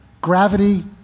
gravity